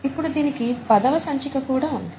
ఇప్పుడు దీనికి పదవ సంచిక కూడా ఉంది